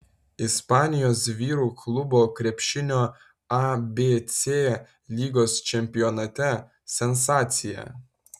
ispanijos vyrų klubų krepšinio abc lygos čempionate sensacija